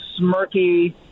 smirky